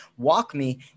WalkMe